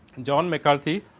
and john mccarthy,